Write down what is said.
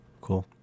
Cool